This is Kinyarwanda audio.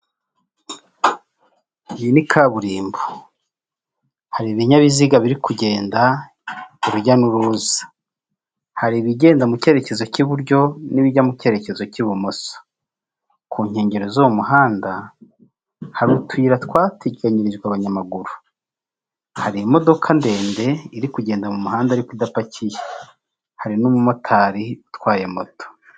Iyi ni kaburimbo hari ibinyabiziga biri kugenda urujya n'uruza, hari ibigenda mu cyerekezo cy'iburyo n'ibijya mu cyerekezo cy'ibumoso, ku nkengero z'uwo muhanda hari utuyira twateganyirijwe abanyamaguru. Hari imodoka ndende iri kugenda mu muhanda ariko idapakiye, hari n'umumotari utwaye moto